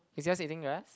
he's just eating grass